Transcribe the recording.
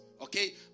okay